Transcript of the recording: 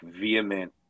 vehement